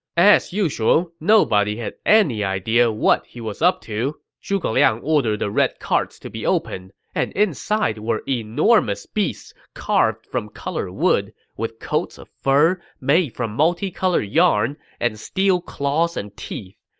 as usual, nobody had any idea what he was up to. zhuge liang ordered the red carts to be opened, and inside were enormous beasts carved from colored wood, with coats of fur made from multicolored yarn and steel claws and teeth.